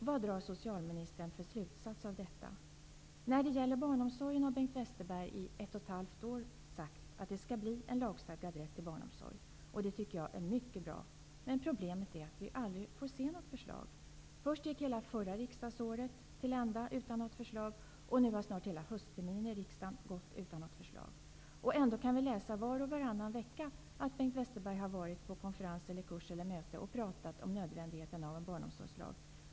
Vad drar socialministern för slutsats av detta? När det gäller barnomsorgen har Bengt Westerberg i ett och ett halvt år sagt att det skall bli en lagstadgad rätt till barnomsorg. Det tycker jag är mycket bra, men problemet är att vi aldrig får se något förslag. Först gick hela förra riksdagsåret till ända utan något förslag. Nu har snart hela höstterminen i riksdagen gått utan något förslag. Ändå kan vi läsa var och varannan vecka att Bengt Westerberg har varit på konferens eller kurs eller möte och pratat om nödvändigheten av en barnomsorgslag.